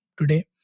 today